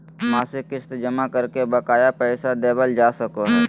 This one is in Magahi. मासिक किस्त जमा करके बकाया पैसा देबल जा सको हय